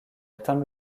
atteint